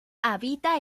habita